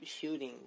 shooting